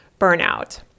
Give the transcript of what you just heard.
burnout